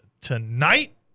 tonight